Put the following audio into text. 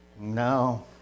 No